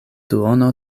duono